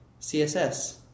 CSS